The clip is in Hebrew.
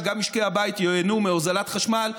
שגם משקי הבית ייהנו מהוזלת חשמל,